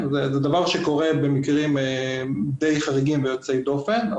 זה דבר שקורה במקרים די חריגים ויוצאי דופן,